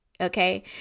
okay